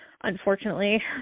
unfortunately